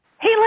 hey